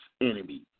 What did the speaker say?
enemy